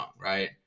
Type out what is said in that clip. right